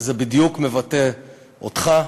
זה בדיוק מבטא אותך: